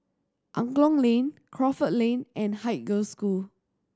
Angklong Lane Crawford Lane and Haig Girls' School